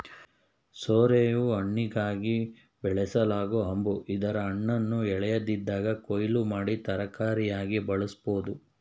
ಸೋರೆಯು ಹಣ್ಣಿಗಾಗಿ ಬೆಳೆಸಲಾಗೊ ಹಂಬು ಇದರ ಹಣ್ಣನ್ನು ಎಳೆಯದಿದ್ದಾಗ ಕೊಯ್ಲು ಮಾಡಿ ತರಕಾರಿಯಾಗಿ ಬಳಸ್ಬೋದು